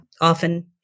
often